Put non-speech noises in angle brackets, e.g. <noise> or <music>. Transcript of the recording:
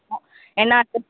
ஆ என்ன <unintelligible>